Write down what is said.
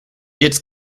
its